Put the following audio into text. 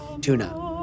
Tuna